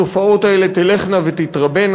התופעות האלה תלכנה ותתרבינה.